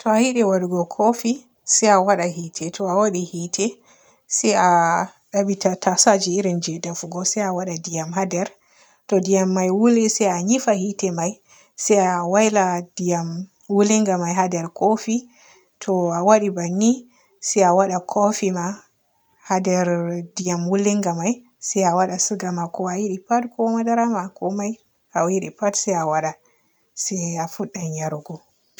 To a yiɗi waadugu koofi se a waada yiite, to a waaɗi yiite se aah dabbita tasaje irin je defugo se a waada ndiyam haa nder to ndiyam me wooli se a yiifa yiite may se a wayla ndiyan wooliga may haa nder kofi. To a waaɗi banni se a wada koofi ma haa nder wooliga may se a waada suga ma ko a yiɗi pat ko madara ma komay, a yiɗi pat se a waada se a fuddan yarugo.